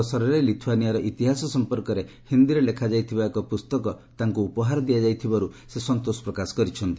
ଏହି ଅବସରରେ ଲିଥୁଆନିଆର ଇତିହାସ ସମ୍ପର୍କରେ ହିନ୍ଦୀରେ ଲେଖାଯାଇଥିବା ଏକ ପୁସ୍ତକ ତାଙ୍କୁ ଉପହାର ଦିଆଯାଇଥିବାରୁ ସେ ସନ୍ତୋଷ ପ୍ରକାଶ କରିଛନ୍ତି